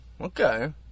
okay